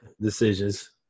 decisions